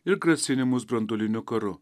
ir grasinimus branduoliniu karu